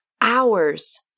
hours